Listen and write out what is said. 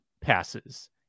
passes